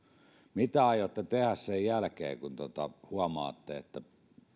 mitä aiotte tehdä sen jälkeen kun huomaatte että